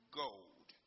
gold